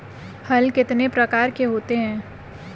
हल कितने प्रकार के होते हैं?